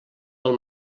del